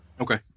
Okay